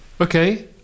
okay